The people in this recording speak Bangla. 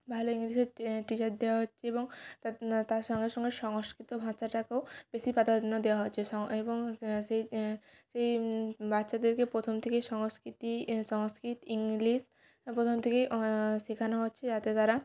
ভালো ইংলিশের টিচার দেওয়া হচ্ছে এবং তার সঙ্গে সঙ্গে সংস্কৃত ভাষাটাকেও বেশি প্রাধান্য দেওয়া হচ্ছে স এবং সেই সেই বাচ্চাদেরকে প্রথম থেকেই সংস্কৃতি সংস্কৃত ইংলিশ প্রথম থেকেই শেখানো হচ্ছে যাতে তারা